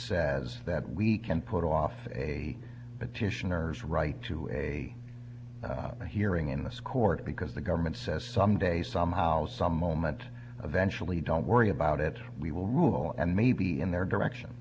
says that we can put off a petition errors right to a hearing in this court because the government says some day somehow some moment eventuality don't worry about it we will rule and maybe in their direction